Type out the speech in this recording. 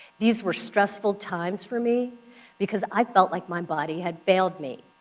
these were stressful times for me because i felt like my body had failed me.